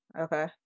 Okay